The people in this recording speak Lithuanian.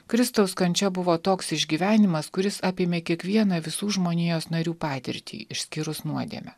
kristaus kančia buvo toks išgyvenimas kuris apėmė kiekvieną visų žmonijos narių patirtį išskyrus nuodėmę